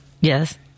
Yes